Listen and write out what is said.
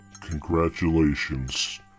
Congratulations